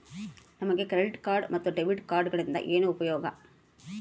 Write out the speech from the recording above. ನಮಗೆ credit card ಮತ್ತು debit ಕಾರ್ಡುಗಳಿಂದ ಏನು ಉಪಯೋಗ?